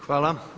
Hvala.